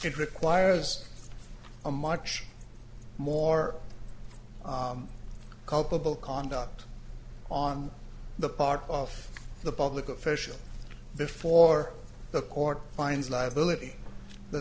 it requires a much more culpable conduct on the part of the public official before the court finds liability the